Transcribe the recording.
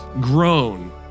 grown